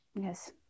Yes